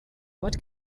what